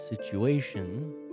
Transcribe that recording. situation